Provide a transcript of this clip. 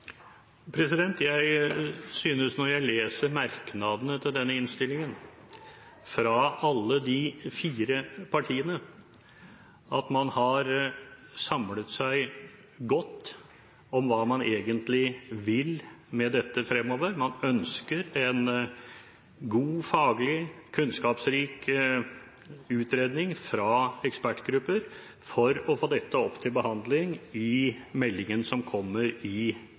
Når jeg leser merknadene til denne innstillingen fra alle de fire partiene, synes jeg at man har samlet seg godt om hva man egentlig vil med dette fremover. Man ønsker en god, faglig, kunnskapsrik utredning fra ekspertgrupper for å få dette opp til behandling i meldingen som kommer i